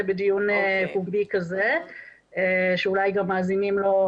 בדיון פומבי כזה שאולי גם מאזינים לו,